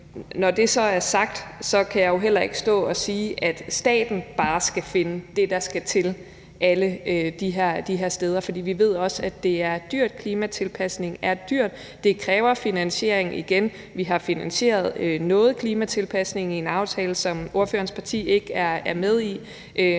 Når det så er sagt, kan jeg jo heller ikke stå og sige, at staten bare skal finde det, der skal til, alle de her steder, for vi ved også, at klimatilpasning er dyrt. Det kræver finansiering. Vi har finansieret noget klimatilpasning i en aftale, som ordførerens parti ikke er med i,